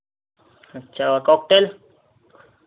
अच्छा और कॉकटेल